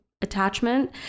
attachment